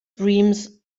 dreams